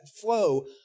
flow